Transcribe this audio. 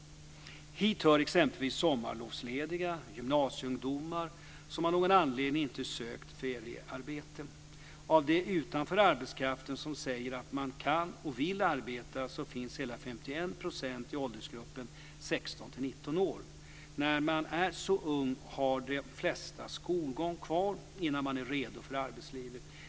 Hit hör exempelvis sommarlovslediga gymnasieungdomar som av någon anledning inte sökt feriearbete. Av de utanför arbetskraften som säger att man kan och vill arbeta finns hela 51 % i åldersgruppen 16 till 19 år. När man är så ung har de flesta skolgång kvar innan man är redo för arbetslivet.